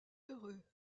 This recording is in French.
heureux